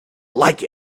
like